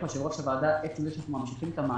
ששר האוצר באישור הוועדה יוכל להאריך את התקופה?